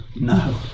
No